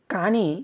కానీ